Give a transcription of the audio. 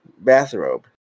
bathrobe